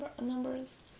numbers